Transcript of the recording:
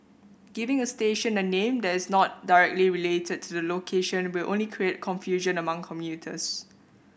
giving a station a name that is not directly related to the location will only create confusion among commuters